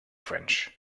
french